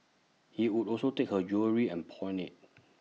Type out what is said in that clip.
he would also take her jewellery and pawn IT